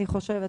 אני חושבת,